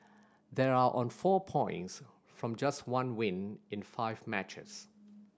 they are on four points from just one win in five matches